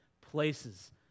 places